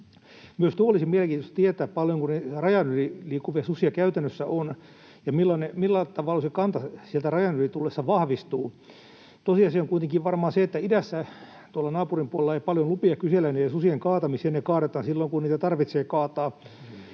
Myös tuo olisi mielenkiintoista tietää, paljonko rajan yli liikkuvia susia käytännössä on ja millä tavalla se kanta sieltä rajan yli tullessa vahvistuu. Tosiasia on kuitenkin varmaan se, että idässä tuolla naapurin puolella ei paljon lupia kysellä niiden susien kaatamiseen, ne kaadetaan silloin, kun niitä tarvitsee kaataa,